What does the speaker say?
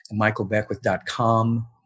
michaelbeckwith.com